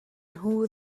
nhw